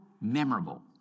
memorable